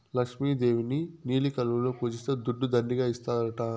లక్ష్మి దేవిని నీలి కలువలలో పూజిస్తే దుడ్డు దండిగా ఇస్తాడట